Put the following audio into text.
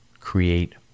create